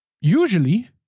usually